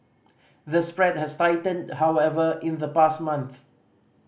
the spread has tightened however in the past month